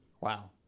wow